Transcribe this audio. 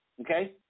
Okay